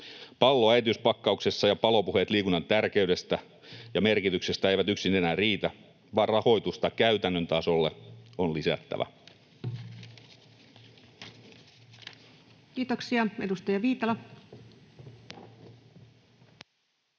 Pallo äitiyspakkauksessa ja palopuheet liikunnan tärkeydestä ja merkityksestä eivät yksin enää riitä, vaan rahoitusta käytännön tasolle on lisättävä. [Speech 152] Speaker: